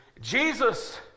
Jesus